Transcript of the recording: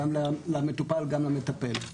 גם למטופל וגם למטפל.